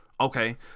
Okay